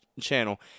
channel